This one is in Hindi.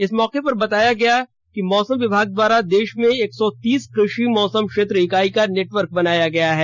इस मौके पर बताया गया मौसम विभाग द्वारा देश में एक सौ तीस कृषि मौसम क्षेत्र इकाई का नेटवर्क बनाया गया है